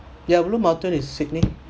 ya blue mountain is sydney